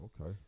Okay